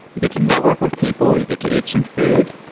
you get to network with people. you get to eat some food,